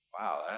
Wow